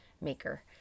maker